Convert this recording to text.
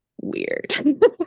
weird